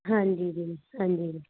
ਹਾਂਜੀ ਜੀ ਹਾਂਜੀ ਜੀ